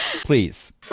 Please